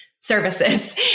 services